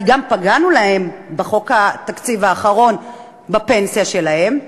כי פגענו להם בחוק התקציב האחרון בפנסיה שלהם,